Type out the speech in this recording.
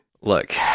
look